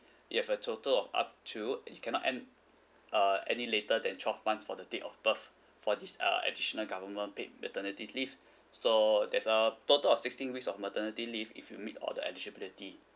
you have a total of up to you cannot end uh any later than twelve months for the date of birth for this uh additional government paid maternity leave so there's a total of sixteen weeks of maternity leave if you meet all the eligibility